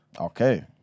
Okay